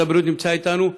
גם משרד הבריאות נמצא אתנו.